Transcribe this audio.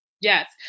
Yes